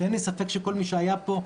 שאין לי ספק שכל מי שהיה פה,